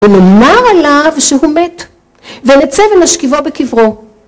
ונאמר עליו שהוא מת. ונצא ונשכיבו בקברו